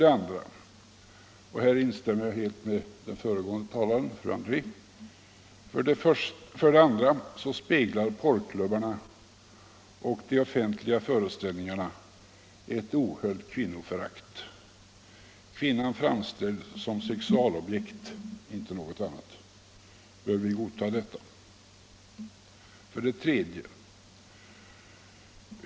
Liksom hela sexindustrin speglar porrklubbarna och de offentliga föreställningarna ett ohöljt kvinnoförakt. Här instämmer jag helt med den föregående talaren, fru André. Kvinnan framställs som sexualobjekt, inte något annat. Bör vi godta detta? 3.